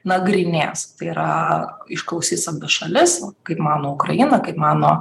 nagrinės tai yra išklausys abi šalis kaip mano ukraina kaip mano